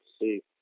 see